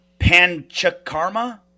panchakarma